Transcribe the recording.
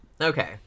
okay